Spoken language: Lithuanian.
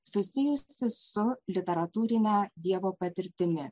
susijusi su literatūrine dievo patirtimi